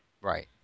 right